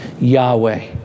yahweh